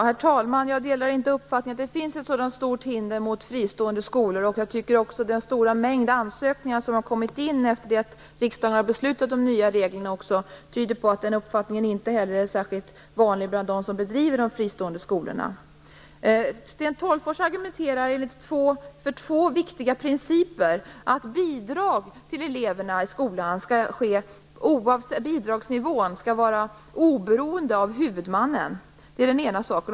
Herr talman! Jag delar inte uppfattningen att det finns ett sådant stort hinder mot fristående skolor. Jag tycker också att den stora mängd ansökningar som har kommit in efter det att riksdagen beslutade om nya regler, tyder på att den uppfattningen inte är särskilt vanlig bland dem som driver fristående skolor. Sten Tolgfors argumenterar för två viktiga principer. Att bidragsnivån i fråga om eleverna i skolan skall vara oberoende av huvudmannen är den ena.